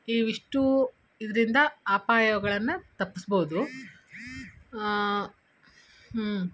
ಇವಿಷ್ಟು ಇದರಿಂದ ಅಪಾಯಗಳನ್ನು ತಪ್ಪಿಸಬಹುದು